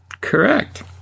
Correct